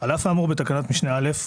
על אף האמור בתקנת משנה (א),